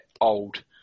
old